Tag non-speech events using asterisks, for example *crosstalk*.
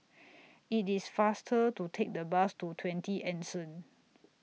*noise* IT IS faster to Take The Bus to twenty Anson